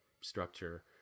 structure